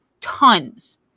Tons